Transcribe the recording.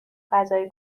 غذای